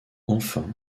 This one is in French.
enfin